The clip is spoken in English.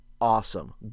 awesome